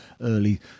early